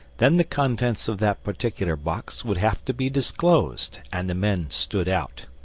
then the contents of that particular box would have to be disclosed and the men stood out.